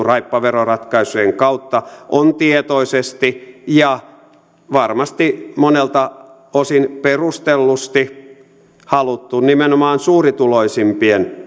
raippaveroratkaisujen kautta on tietoisesti ja varmasti monelta osin perustellusti haluttu nimenomaan suurituloisimpien